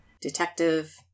detective